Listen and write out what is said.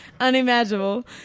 unimaginable